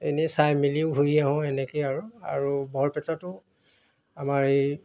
এনেই চাই মেলিও ঘূৰি আহোঁ এনেকৈয়ে আৰু আৰু বৰপেটাটো আমাৰ এই